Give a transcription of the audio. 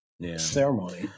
Ceremony